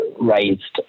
raised